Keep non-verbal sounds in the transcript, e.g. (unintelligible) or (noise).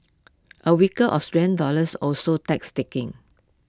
A weaker Australian dollars also (unintelligible) takings